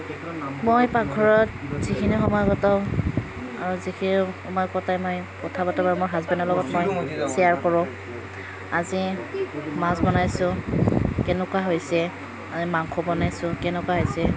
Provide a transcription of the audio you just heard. মই পাকঘৰত যিখিনি সময় কটাও আমাৰ কটা নাই কথা বতৰা মই হাজবেণ্ডৰ লগত পাতো শ্বেয়াৰ কৰোঁ আজি মাছ বনাইছোঁ কেনেকুৱা হৈছে মাংস বনাইছোঁ কেনেকুৱা হৈছে